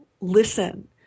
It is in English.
listen